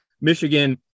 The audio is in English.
Michigan